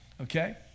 Okay